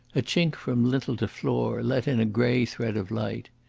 a chink from lintel to floor let in a grey thread of light.